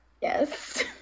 Yes